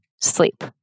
sleep